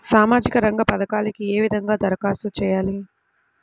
సామాజిక రంగ పథకాలకీ ఏ విధంగా ధరఖాస్తు చేయాలి?